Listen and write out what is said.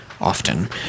often